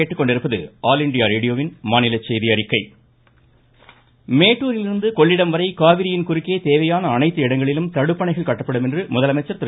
முதலமைச்சர் மேட்டூரிலிருந்து கொள்ளிடம்வரை காவிரியின் குறுக்கே தேவையான அனைத்து இடங்களிலும் தடுப்பணைகள் கட்டப்படும் என்று முதலமைச்சர் திரு